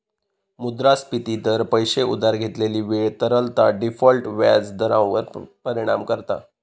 मुद्रास्फिती दर, पैशे उधार घेतलेली वेळ, तरलता, डिफॉल्ट व्याज दरांवर परिणाम करता